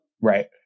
Right